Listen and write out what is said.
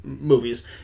movies